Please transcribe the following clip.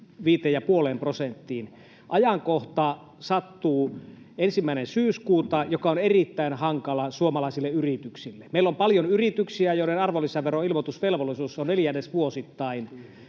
25,5 prosenttiin. Ajankohta sattuu ensimmäiselle päivälle syyskuuta, joka on erittäin hankala suomalaisille yrityksille. Meillä on paljon yrityksiä, joiden arvonlisäveroilmoitusvelvollisuus on neljännesvuosittain,